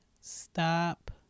stop